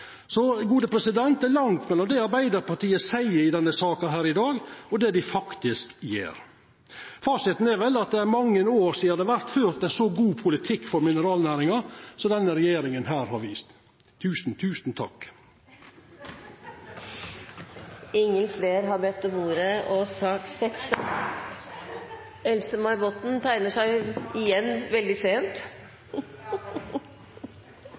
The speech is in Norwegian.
Det er langt mellom det Arbeidarpartiet seier i denne saka i dag, og det dei faktisk gjer. Fasiten er vel at det er mange år sidan det har vore ført ein så god politikk for mineralnæringa som denne regjeringa har vist. Tusen, tusen